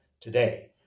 today